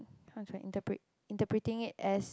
how should I interpret interpreting it as